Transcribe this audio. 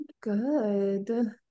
Good